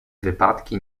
wypadki